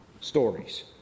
stories